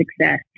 success